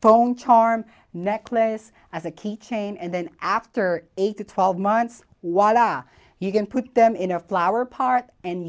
phone charm necklace as a key chain and then after eight to twelve months while ah you can put them in a flower part and